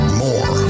more